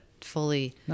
fully